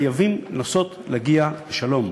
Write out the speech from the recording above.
חייבים לנסות להגיע לשלום.